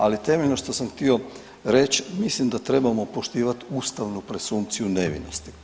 Ali temeljno što sam htio reći, mislim da trebamo poštivati ustavnu presumpciju nevinosti.